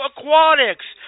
Aquatics